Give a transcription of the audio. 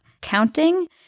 counting